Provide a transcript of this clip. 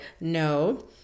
No